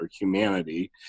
humanity